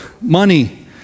money